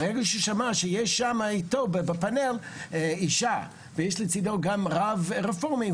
ברגע שהוא שמע שיש אתו בפאנל אישה ויש לצדו גם רק רב רפורמי,